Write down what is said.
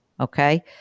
Okay